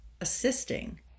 assisting